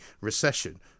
recession